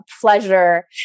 pleasure